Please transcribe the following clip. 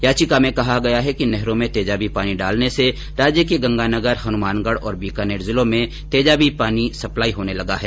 याचिका में कहा गया है कि नहरों में तेजाबी पानी डालने से राज्य के गंगानगर हनुमानगढ़ और बीकानेर जिलों में तेजाबी पानी सप्लाई होने लगा है